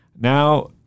Now